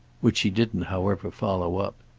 which she didn't however follow up.